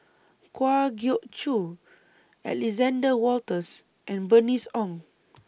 Kwa Geok Choo Alexander Wolters and Bernice Ong